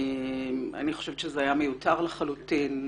אני חושבת שזה היה מיותר לחלוטין.